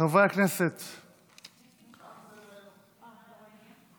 בוועדה לביטחון הפנים.